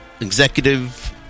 executive